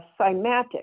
cymatics